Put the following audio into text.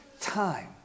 time